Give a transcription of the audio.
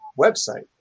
website